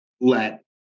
let